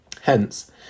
Hence